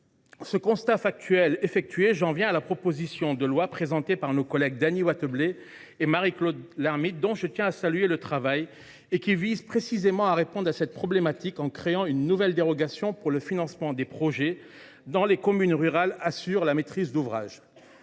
Ce constat étant fait, j’en viens à la proposition de loi présentée par nos collègues Dany Wattebled et Marie Claude Lermytte, dont je tiens à saluer le travail, qui vise précisément à répondre à cette problématique, en créant une nouvelle dérogation pour le financement des projets dont les communes rurales assurent la maîtrise d’ouvrage.